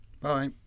Bye